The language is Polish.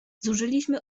zużyliśmy